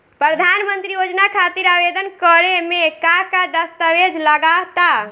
प्रधानमंत्री योजना खातिर आवेदन करे मे का का दस्तावेजऽ लगा ता?